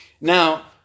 now